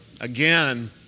again